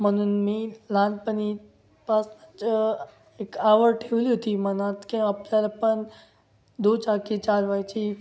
म्हणून मी लहानपणीपासूनच एक आवड ठेवली होती मनात की आपल्याला पण दुचाकी चालवायची